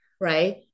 Right